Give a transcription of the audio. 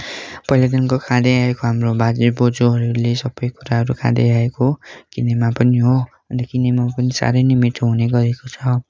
पहिल्यैदेखिको खाँदै आएको हाम्रो बाजे बोजूहरूले यो सबै कुराहरू खाँदै आएको हो किनेमा पनि हो अन्त किनेमा पनि साह्रै नै मिठो हुने गरेको छ